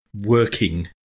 working